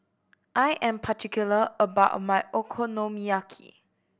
I am particular about my Okonomiyaki